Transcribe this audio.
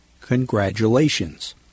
Congratulations